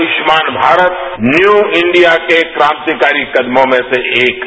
Ayushman Bharat new India के क्रांतिकारी कदमों में से एक है